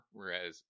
Whereas